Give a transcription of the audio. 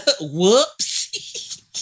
Whoops